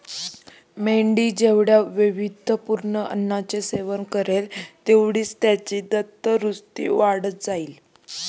मेंढी जेवढ्या वैविध्यपूर्ण अन्नाचे सेवन करेल, तेवढीच त्याची तंदुरस्ती वाढत जाईल